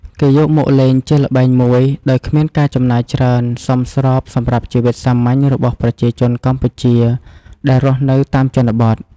គេយកមកលេងជាល្បែងមួយ ដោយគ្មានការចំណាយច្រើនសមស្របសម្រាប់ជីវិតសាមញ្ញរបស់ប្រជាជនកម្ពុជាដែលរស់នៅតាមជនបទ។